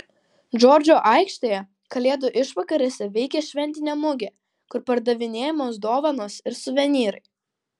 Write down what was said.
džordžo aikštėje kalėdų išvakarėse veikia šventinė mugė kur pardavinėjamos dovanos ir suvenyrai